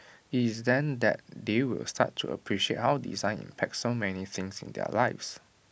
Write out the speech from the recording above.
IT is then that they will start to appreciate how design impacts so many things in their lives